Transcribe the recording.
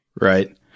Right